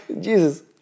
Jesus